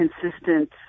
consistent